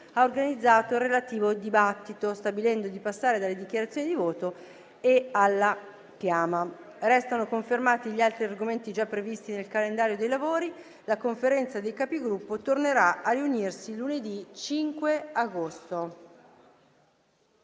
ha organizzato il relativo dibattito, stabilendo di passare alle dichiarazioni di voto e alla chiama. Restano confermati gli altri argomenti già previsti nel calendario dei lavori. La Conferenza dei Capigruppo tornerà a riunirsi lunedì 5 agosto.